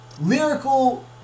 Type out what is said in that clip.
lyrical